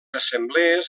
assemblees